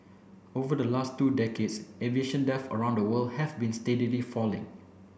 over the last two decades aviation deaths around the world have been steadily falling